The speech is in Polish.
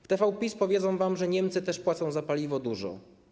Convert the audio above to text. W TVPiS powiedzą wam, że Niemcy też płacą za paliwo dużo.